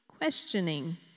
questioning